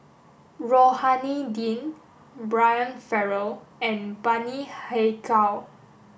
Rohani Din Brian Farrell and Bani Haykal